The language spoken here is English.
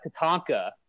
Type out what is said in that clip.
Tatanka